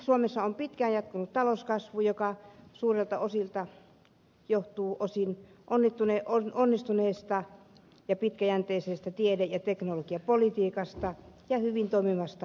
suomessa on pitkään jatkunut talouskasvu joka suurelta osilta johtuu osin onnistuneesta ja pitkäjänteisestä tiede ja teknologiapolitiikasta ja hyvin toimivasta innovaatiojärjestelmästä